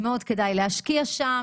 מאוד כדאי להשקיע שם,